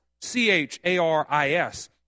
C-H-A-R-I-S